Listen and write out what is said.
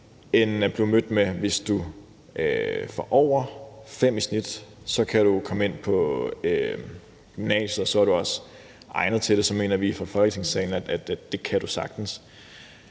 end at blive mødt med, at hvis du får over 5 i gennemsnit, kan du komme ind på gymnasiet, og så er du også egnet til det, og så mener vi i Folketinget, at det kan du sagtens.